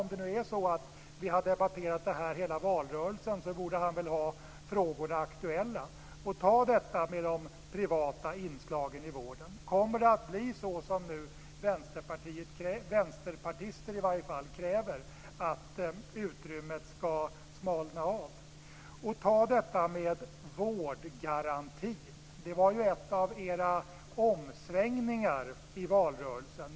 Om vi nu har debatterat det under hela valrörelsen borde han ha frågorna aktuella och ta upp detta med de privata inslagen i vården. Kommer det nu att bli så, som vänsterpartister kräver, att utrymmet skall smalna av? Vårdgarantin var en av era omsvängningar i valrörelsen.